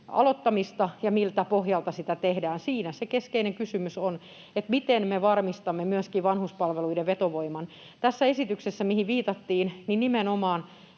aloittamista ja sitä, miltä pohjalta sitä tehdään. Siinä se keskeinen kysymys on, miten me varmistamme myöskin vanhuspalveluiden vetovoiman. Tässä esityksessä, mihin viitattiin, nimenomaan